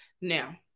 Now